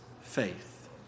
faith